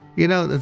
you know,